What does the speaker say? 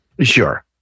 Sure